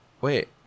Wait